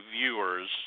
viewers